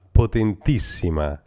potentissima